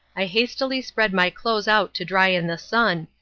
i hastily spread my clothes out to dry in the sun,